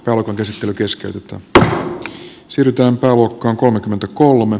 pääluokan käsittely keskeytetään